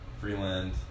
Freeland